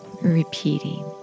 Repeating